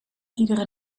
iedere